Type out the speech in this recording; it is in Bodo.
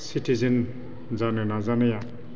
सिटिजेन जानो नाजानाया